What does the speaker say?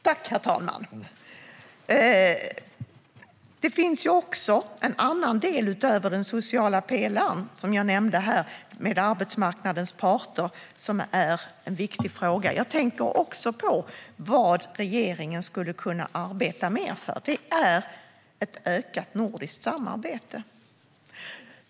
Tack, herr talman! Utöver den sociala pelaren och arbetsmarknadens parter finns det en annan viktig fråga som regeringen skulle kunna arbeta mer för, och det är ett ökat nordiskt samarbete.